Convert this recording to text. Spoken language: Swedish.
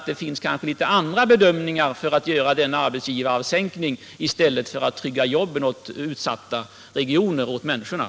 Det finns kanske andra bedömningar som motiverar att man på det sättet sänker arbetsgivaravgiften, i stället för att trygga jobben åt människorna i utsatta företag, branscher och regioner.